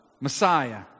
Messiah